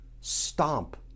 stomp